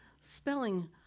spelling